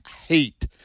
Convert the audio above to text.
hate